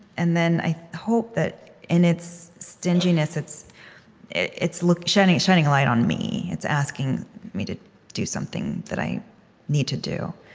and then i hope that in its stinginess, it's it's shining shining a light on me. it's asking me to do something that i need to do